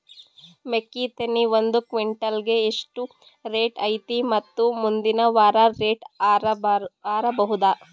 ಮೆಕ್ಕಿ ತೆನಿ ಒಂದು ಕ್ವಿಂಟಾಲ್ ಗೆ ಎಷ್ಟು ರೇಟು ಐತಿ ಮತ್ತು ಮುಂದಿನ ವಾರ ರೇಟ್ ಹಾರಬಹುದ?